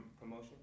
promotion